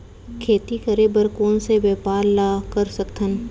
खेती करे बर कोन से व्यापार ला कर सकथन?